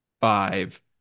five